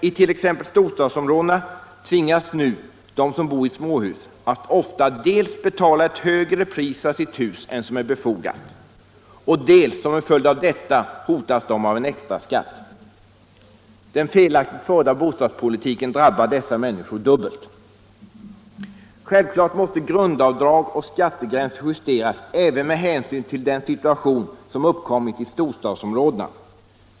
I t.ex. storstadsområdena tvingas nu de som bor i småhus att ofta betala ett högre pris för sitt hus än som är befogat, och som en följd av detta hotas de av en extraskatt. Den felaktigt förda bostadspolitiken drabbar dessa människor dubbelt. Självklart måste grundavdrag och skattegränser justeras även med hänsyn till den situation som uppkommit i storstadsområdena.